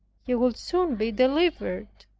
he would soon be delivered.